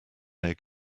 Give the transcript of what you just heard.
egg